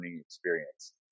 experience